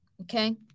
okay